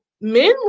men